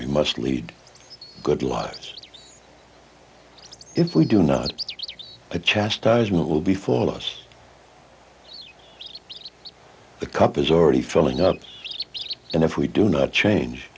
we must lead good lives if we do not the chastisement will be for us the cup is already filling up and if we do not change